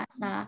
sa